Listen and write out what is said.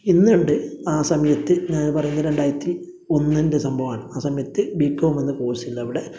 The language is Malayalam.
ഇന്നുണ്ട് ആ സമയത്ത് ഞാൻ പറയുന്ന രണ്ടായിരത്തി ഒന്നിൻ്റെ സംഭവമാണ് ആ സമയത്ത് ബി കോം എന്ന കോഴ്സിലവിടെ